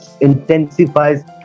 intensifies